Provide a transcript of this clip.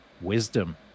wisdom